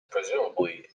presumably